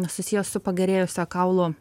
susijęs su pagerėjusia kaulų